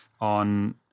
on